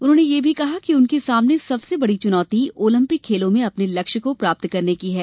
उन्होंने यह भी कहा कि उनके सामने सबसे बड़ी चूनौती ओलंपिक खेलों में अपने लक्ष्य को प्राप्त करने की है